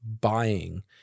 buying